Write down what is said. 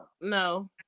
No